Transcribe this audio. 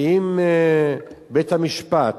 ואם בית-המשפט